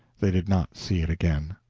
they did not see it again.